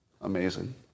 Amazing